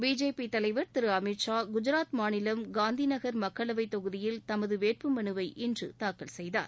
BJP தலைவர் திரு அமித் ஷா குஜராத் மாநிலம் காந்தி நகர் மக்களவைத் தொகுதியில் தமது வேட்புமனுவை இன்று தாக்கல் செய்தார்